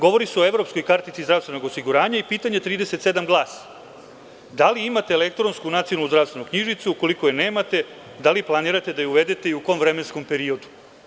Govori se o evropskoj kartici zdravstvenog osiguranja i pitanje 37 glasi – Da li imate elektronsku nacionalnu zdravstvenu knjižicu i ukoliko je nemati, da li planirate je uvedete i u kom vremenskom periodu?